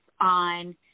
on